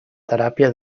teràpia